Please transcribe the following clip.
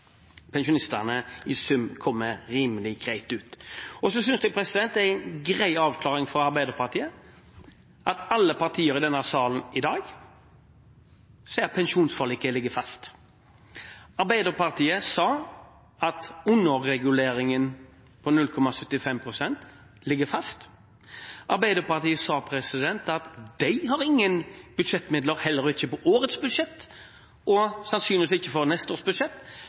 pensjonistene i sum kommer rimelig greit ut. Jeg synes det er en grei avklaring fra Arbeiderpartiet at alle partier i denne salen i dag sier at pensjonsforliket ligger fast. Arbeiderpartiet sa at underreguleringen på 0,75 pst. ligger fast. Arbeiderpartiet sa at de har ingen budsjettmidler – ikke på årets budsjett, og sannsynligvis heller ikke på neste års budsjett